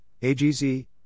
AGZ